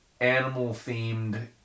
animal-themed